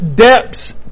depths